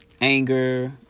anger